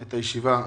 את הישיבה.